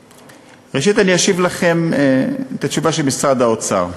ראשית אני אשיב לכם את התשובה של משרד האוצר.